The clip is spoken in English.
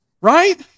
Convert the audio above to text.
right